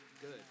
good